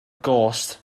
gost